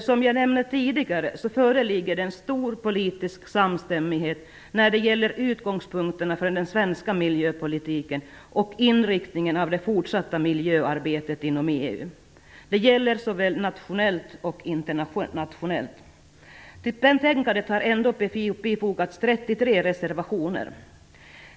Som jag nämnde tidigare föreligger en stor politisk samstämmighet när det gäller utgångspunkterna för den svenska miljöpolitiken och inriktningen av det fortsatta miljöarbetet inom EU. Detta gäller såväl nationellt som internationellt. Till betänkandet har ändå fogats 33 reservationer.